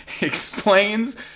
explains